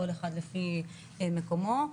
כל אחד לפי מקומו,